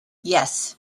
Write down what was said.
yes